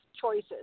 choices